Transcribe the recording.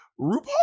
RuPaul